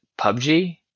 PUBG